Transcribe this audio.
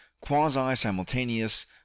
quasi-simultaneous